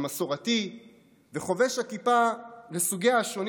המסורתי וחובש הכיפה לסוגיה השונים